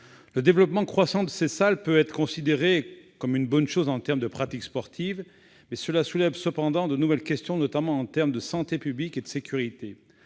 Le développement croissant de ces salles peut être considéré comme une bonne chose du point de vue de la pratique sportive, mais il soulève cependant de nouvelles questions, notamment en termes de santé publique et de sécurité.